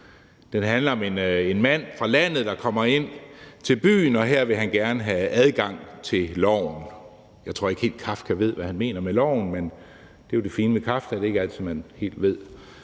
Den handler om en mand fra landet, der kommer ind til byen, og her vil han gerne have adgang til loven. Jeg tror ikke helt, Kafka ved, hvad han mener med loven, men det fine ved Kafka er jo, at det ikke er altid, man helt ved,